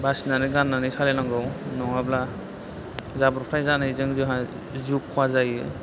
बासिनानै गाननानै सालायनांगौ नङाब्ला जाब्रबथाय जानायजों जोंहा जिउ खहा जायो